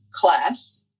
class